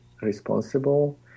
responsible